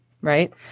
Right